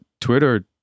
Twitter